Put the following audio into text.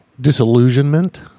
disillusionment